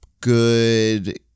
good